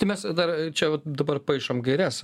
tai mes dar čia dabar paišom gaires